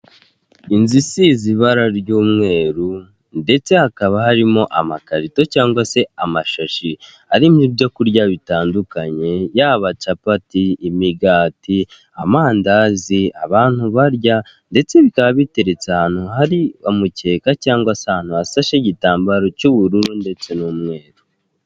Inzu isize ibara ry'umweru ndetse hakaba harimo amakarito cyangwa se amashashi arimo ibyo kurya bitandukanye, yaba capati, imigati, amandazi abantu barya ndetse bikaba biteretse ahantu hari umukeka cyangwa se ahantu hashashe igitambaro cy'ubururu ndetse n'umweru.